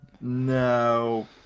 no